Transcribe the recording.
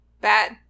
Bad